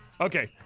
Okay